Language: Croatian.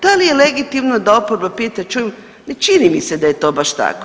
Da li je legitimno da oporba pita čuj ne čini mi se da je to baš tako.